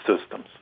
systems